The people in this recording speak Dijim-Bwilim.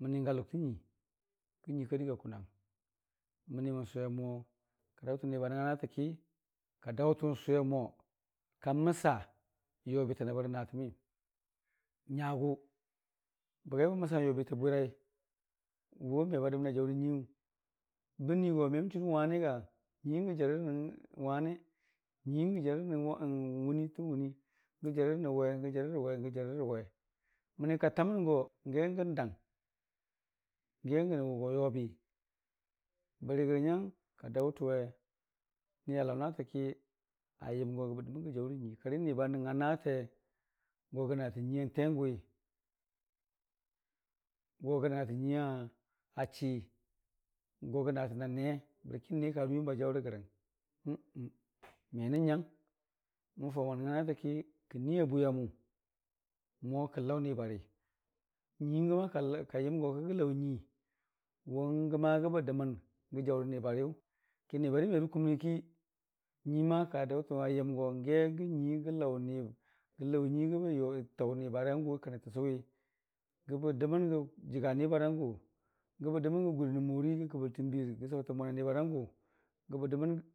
mənii galʊktə nyuii kə nyuii ka dɨga kʊnong mənii mən sʊwemo kə daʊtən ni ba nəngnga naatəkika daʊtən sʊwe mo ka məsa yobita nəbbə rə naatəmi nyagʊ, bəgai bə məsan yobitə bwirai goiwʊ me badəmən ajaʊra nyuiiyu bən nuiigo memən churəng nyuii gə jərərə nyuii wʊgə jarərə wʊniitən wunii gə jarərəwe gə jarərəwe gə jarərə we mənii ka taməngo n'ge gən dang gegəna ʊgo yobi bərigərə nyang ka daʊtəwe nialaʊ naatəki ayəm go bəgə dəmən gə jaʊra nyuii kari niba nəngnga naate go gə naatən nyuii n'tengʊwi, gogə naatən nyuii achi, gogə naatəna nee barki nee karə yuuni ba jaʊragəre menən nyang mənfaʊmomən nəngnga naatəki kən nii a bwi yarmʊ mo kən laʊ nibari nyuii gəma ka yəm go kəgə laʊnyuii wʊnigəma bəgə dəməni gə jaʊrə nibariyʊ ki nibarimerə kumnii ki nyuii ka daʊtən ayəmgo n'ge gən nyuii gəlaʊ niyʊ gə laʊ nyuii bəgə laʊ taʊ nibarangʊ kani. təsʊwi, gəbə dəmən gə jəga nibarangʊ, gəbə dəmən gə gun rə morii gə kəbəltən biir gə saʊtən mwana nibaran gʊ.